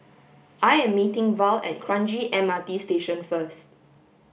I am meeting Val at Kranji M R T Station first